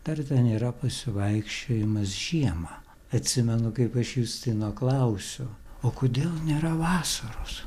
dar ten yra pasivaikščiojimas žiemą atsimenu kaip aš justino klausiu o kodėl nėra vasaros